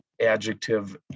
adjective